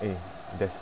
eh there's